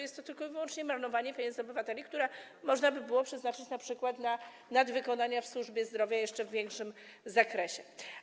Jest to wyłącznie marnowanie pieniędzy obywateli, które można by było przeznaczyć np. na nadwykonania w służbie zdrowia w jeszcze większym zakresie.